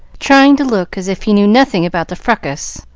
trying to look as if he knew nothing about the fracas.